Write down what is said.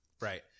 Right